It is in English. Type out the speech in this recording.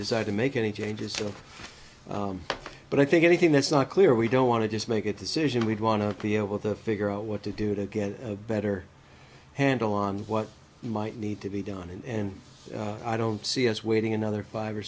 decide to make any changes to but i think anything that's not clear we don't want to just make a decision we'd want to be able to figure out what to do to get a better handle on what might need to be done and i don't see us waiting another five or